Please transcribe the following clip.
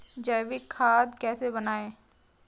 जैविक खाद कैसे बनाएँ?